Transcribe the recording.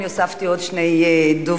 אני הוספתי עוד שני דוברים,